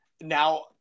now